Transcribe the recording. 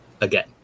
again